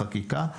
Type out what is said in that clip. חקיקה.